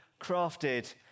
crafted